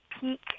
peak